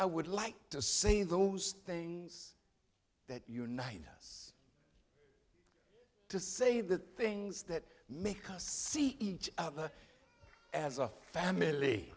i would like to say those things that unite us to say the things that make us see each other as a family